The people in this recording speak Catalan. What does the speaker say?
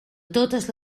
totes